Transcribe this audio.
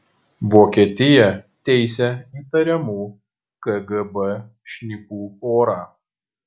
vokietija teisia įtariamų kgb šnipų porą